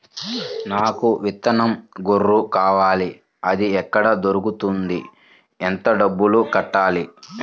నాకు విత్తనం గొర్రు కావాలి? అది ఎక్కడ దొరుకుతుంది? ఎంత డబ్బులు కట్టాలి?